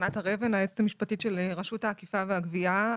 אני היועצת המשפטית של רשות האכיפה והגבייה.